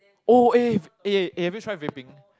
oh if eh eh have you tried vaping